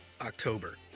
October